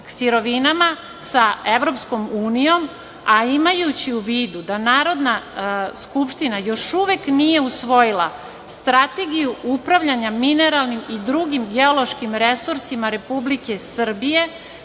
sirovinama sa Evropskom unijom, a imajući u vidu da Narodna skupština još uvek nije usvojila strategiju upravljanja mineralnim i drugim geološkim resursima Republike Srbije,